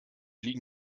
liegen